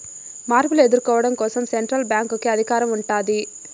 మార్పులు ఎదుర్కోవడం కోసం సెంట్రల్ బ్యాంక్ కి అధికారం ఉంటాది